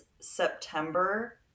September